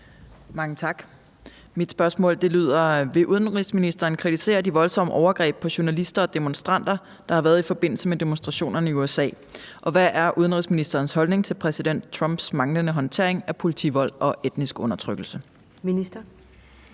Mange tak. Mit spørgsmål lyder: Vil udenrigsministeren kritisere de voldsomme overgreb på journalister og demonstranter, der har været i forbindelse med demonstrationerne i USA, og hvad er udenrigsministerens holdning til præsident Trumps manglende håndtering af politivold og etnisk undertrykkelse? Kl.